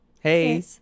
hey